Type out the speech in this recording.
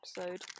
episode